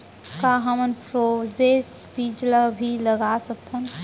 का हमन फ्रोजेन बीज ला भी लगा सकथन?